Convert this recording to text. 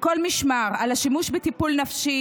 מכל משמר על השימוש בטיפול נפשי.